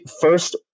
first